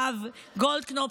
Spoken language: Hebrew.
הרב גולדקנופ,